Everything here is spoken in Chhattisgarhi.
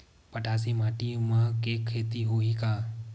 मटासी माटी म के खेती होही का?